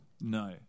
No